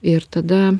ir tada